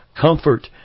comfort